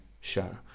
show